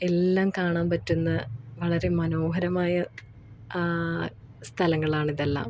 എല്ലാം കാണാന് പറ്റുന്ന വളരെ മനോഹരമായ സ്ഥലങ്ങളാണിതെല്ലാം